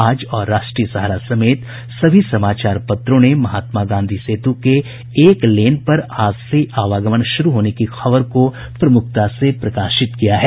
आज और राष्ट्रीय सहारा समेत सभी समाचार पत्रों में महात्मा गांधी सेतु के एक लेन पर आज से आवागमन शुरू होने की खबर को प्रमुखता से प्रकाशित किया है